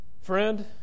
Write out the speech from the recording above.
Friend